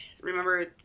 remember